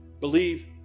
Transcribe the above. Believe